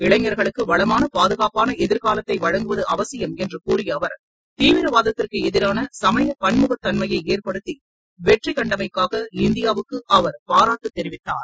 இளைஞர்களுக்கு வளமான பாதுகாப்பான எதிர்காலத்தை வழங்குவது அவசியம் என்று கூறிய அவர் தீவிரவாதத்திற்கு எதிரான சமய பன்முகத்தன்மையை ஏற்படுத்தி வெற்றிகண்டமைக்கூக இந்தியாவுக்கு அவர் பாராட்டு தெரிவித்தார்